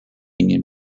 union